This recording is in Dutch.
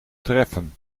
treffen